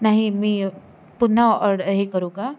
नाही मी पुन्हा ऑर्ड हे करू का